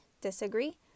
Disagree